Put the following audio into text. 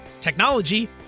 technology